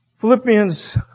Philippians